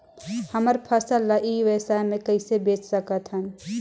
हमर फसल ल ई व्यवसाय मे कइसे बेच सकत हन?